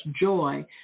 joy